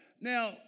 Now